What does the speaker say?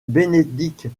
benedict